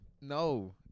No